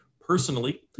personally